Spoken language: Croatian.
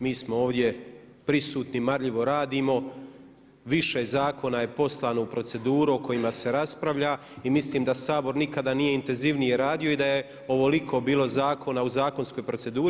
Mi smo ovdje prisutni, marljivo radimo, više zakona je poslano u proceduru o kojima se raspravlja i mislim da Sabor nikada nije intenzivnije radio i da je ovoliko bilo zakona u zakonskoj proceduri.